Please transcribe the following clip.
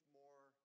more